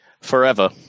Forever